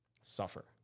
suffer